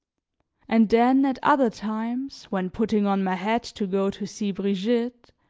and then, at other times, when putting on my hat to go to see brigitte,